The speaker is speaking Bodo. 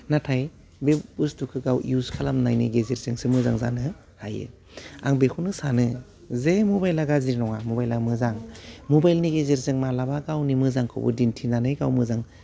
नाथाय बे बुस्टुखौ गाव इउस खालामनायनि गेजेरजोंसो मोजां जानो हायो आं बेखौनो सानो जे मबेला गाज्रि नङा मबेला मोजां मबेलनि गेजेरजों मालाबा गावनि मोजांखौबो दिन्थिनानै गाव मोजां